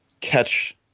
catch